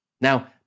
Now